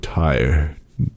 tired